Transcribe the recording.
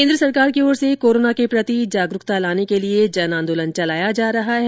केन्द्र सरकार की ओर से कोरोना के प्रति जागरूकता लाने के लिए जन आंदोलन चलाया जा रहा है